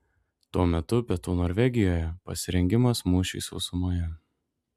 tuo metu pietų norvegijoje pasirengimas mūšiui sausumoje